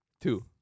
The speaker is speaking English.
Two